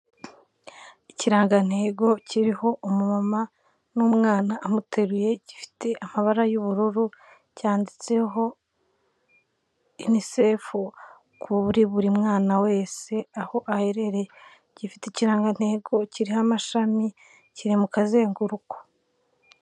Ikirangantego kiriho umumama n'umwana amuteruye gifite amabara y'ubururu cyanditseho UNICEF, kuri buri mwana wese aho aherereye, gifite ikirangantego kiriho amashami, kiri mu kazenguruko.